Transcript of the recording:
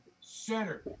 center